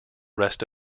rest